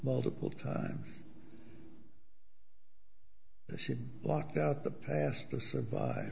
multiple times she walked out the pastor survive